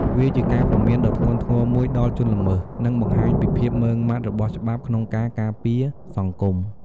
វាជាការព្រមានដ៏ធ្ងន់ធ្ងរមួយដល់ជនល្មើស និងបង្ហាញពីភាពម៉ឺងម៉ាត់របស់ច្បាប់ក្នុងការការពារសង្គម។